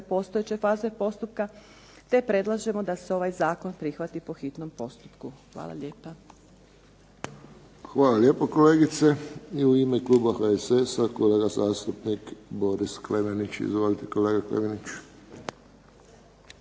postojeće faze postupka, te predlažemo da se ovaj Zakon prihvati po hitnom postupku. Hvala lijepa. **Friščić, Josip (HSS)** Hvala lijepa kolegice. I u ime Kluba HSS-a gospodin zastupnik kolega Klemenić. Izvolite. **Klemenić,